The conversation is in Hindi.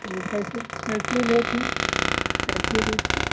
तो वह कैसे कैसे रेट हैं कैसे रेट हैं